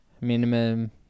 minimum